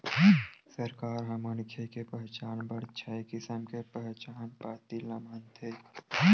सरकार ह मनखे के पहचान बर छय किसम के पहचान पाती ल मानथे